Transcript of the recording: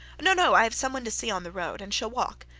no, no i have some one to see on the road, and shall walk.